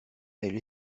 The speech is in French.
elle